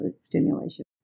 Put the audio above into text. stimulation